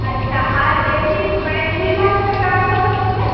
আচ্ছা আর এমনি মানে রুই মাছটার দাম কতো পড়বে